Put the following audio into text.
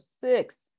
six